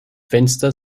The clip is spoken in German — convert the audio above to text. fenster